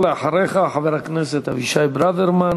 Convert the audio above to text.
ולאחריך, חבר הכנסת אבישי ברוורמן.